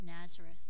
Nazareth